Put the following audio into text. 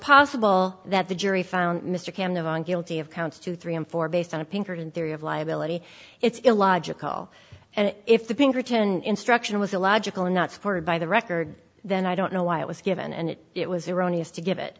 possible that the jury found mr can live on guilty of counts two three and four based on a pinkerton theory of liability it's illogical and if the pinkerton instruction was illogical or not supported by the record then i don't know why it was given and if it was iranians to give it